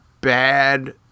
bad